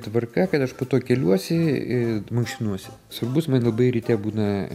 tvarka kad aš po to keliuosi ir mankštinuosi svarbus man labai ryte būna